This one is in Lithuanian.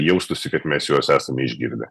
jaustųsi kad mes juos esame išgirdę